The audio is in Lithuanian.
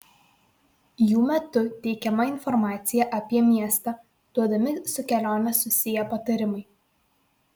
jų metu teikiama informacija apie miestą duodami su kelione susiję patarimai